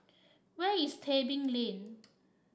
where is Tebing Lane